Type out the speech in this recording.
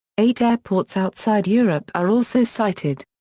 eight airports outside europe are also cited.